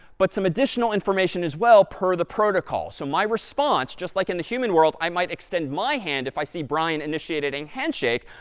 but some additional information as well, per the protocol. so my response just like in the human world, i might extend my hand, if i see brian initiating a handshake.